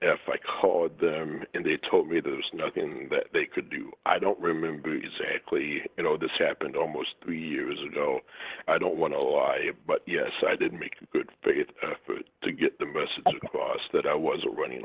if i called them and they told me there's nothing that they could do i don't remember exactly you know this happened almost three years ago i don't want to lie but yes i did make a good faith effort to get the message across that i was running